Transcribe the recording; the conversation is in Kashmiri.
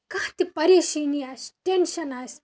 کانٛہہ تہِ پریشٲنی آسہِ ٹٮ۪نشَن آسہِ